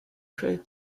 crew